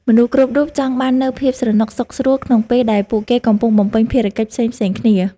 មនុស្សគ្រប់រូបចង់បាននូវភាពស្រណុកសុខស្រួលក្នុងពេលដែលពួកគេកំពុងបំពេញភារកិច្ចផ្សេងៗគ្នា។